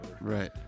Right